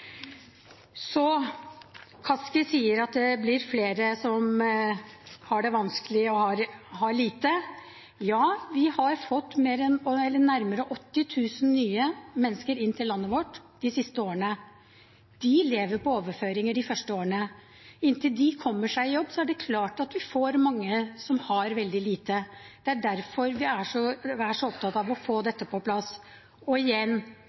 så mye på dette feltet, er at det var nedprioritert gjennom åtte år. Representanten Kaski sier at det blir flere som har det vanskelig, og som har lite. Ja, vi har fått nærmere 80 000 nye mennesker inn til landet vårt de siste årene. De lever på overføringer de første årene. Inntil de kommer seg i jobb, er det klart at vi får mange som har veldig lite. Det er derfor vi er så opptatt av å få dette på plass. Og igjen: